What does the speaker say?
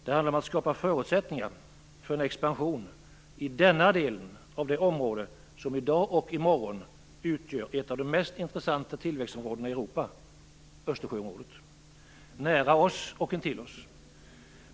Det handlar om att skapa förutsättningar för en expansion i denna del av det område som i dag och i morgon utgör ett av de mest intressanta tillväxtområdena i Europa - Östersjöområdet, som är nära oss och intill oss.